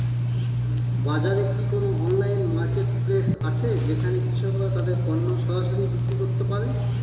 বাজারে কি কোন অনলাইন মার্কেটপ্লেস আছে যেখানে কৃষকরা তাদের পণ্য সরাসরি বিক্রি করতে পারে?